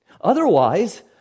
Otherwise